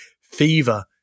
Fever